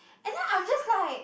and then I just like